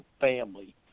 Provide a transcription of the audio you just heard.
family